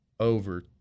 over